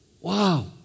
Wow